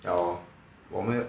ya 我们